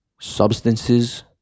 substances